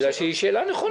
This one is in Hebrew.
בגלל שהיא שאלה נכונה.